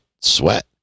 sweat